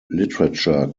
literature